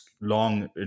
long